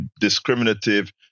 discriminative